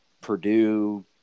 Purdue